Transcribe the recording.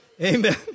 Amen